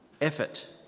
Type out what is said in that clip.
effort